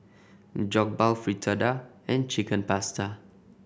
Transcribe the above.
Jokbal Fritada and Chicken Pasta